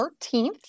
13th